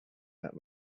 let